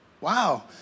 Wow